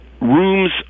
rooms